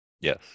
Yes